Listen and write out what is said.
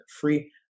free